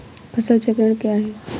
फसल चक्रण क्या है?